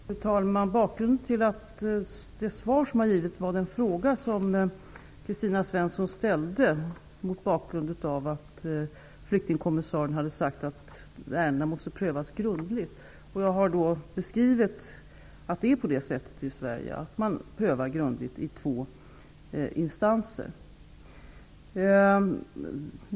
Fru talman! Bakgrunden till det svar som jag har givit var den fråga som Kristina Svensson ställde mot bakgrund av att flyktingkommissarien hade sagt att ärendena måste prövas grundligt. Jag har beskrivit att det är på det sättet i Sverige, att ärendena prövas grundligt i två instanser.